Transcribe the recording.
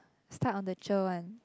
start on the one